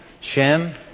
Shem